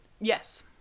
Yes